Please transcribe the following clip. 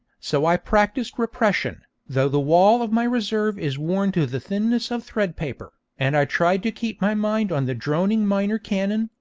so i practised repression, though the wall of my reserve is worn to the thinness of thread-paper, and i tried to keep my mind on the droning minor canon,